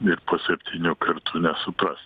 ir po septynių kartų nesupras